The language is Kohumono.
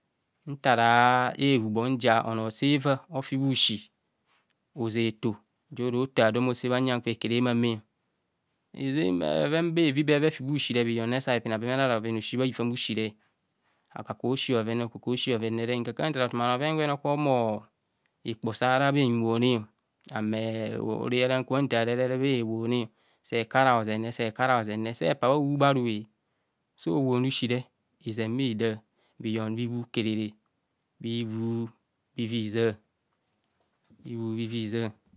Ntaraa ehubho nzia ono seva ofi bhusi oze eto joro ta dor mmo sebha uyan kwa ekure mame hanzen bheven bhevi beva efi bhusire bhiton sa bhipina fimene ara bheven osi bha hifam usire okoko si bhevene okoko si bhevene nka ka ntar otumanum oven gwene oko humo hikpo sara bhahinwoone ame rehara nka ntarere bhe he woone sekara bha uhoobhoe aru so woone usire izen bhida bhigon bhiwoo kerep bhiwoo bhiviza bhicooop bhiviza.